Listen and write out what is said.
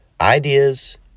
ideas